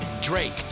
Drake